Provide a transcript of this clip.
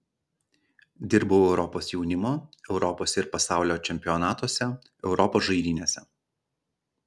dirbau europos jaunimo europos ir pasaulio čempionatuose europos žaidynėse